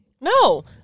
no